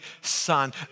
Son